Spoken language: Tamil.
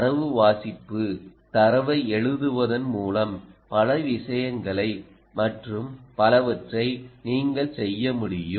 தரவு வாசிப்பு தரவை எழுதுவதன் மூலம் பல விஷயங்களை மற்றும் பலவற்றை நீங்கள் செய்ய முடியும்